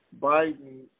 Biden